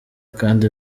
kandi